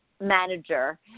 manager